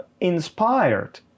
inspired